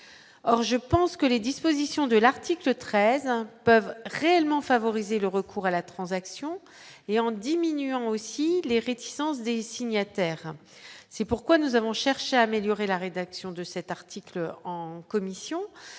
or je pense que les dispositions de l'article 13 peuvent réellement favoriser le recours à la transaction et en diminuant aussi les réticences des signataires. C'est pourquoi nous avons cherché à améliorer la rédaction de cet article en commission